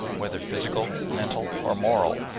whether physical, mental, or moral,